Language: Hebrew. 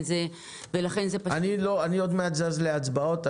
אני עוד מעט זז להצבעות.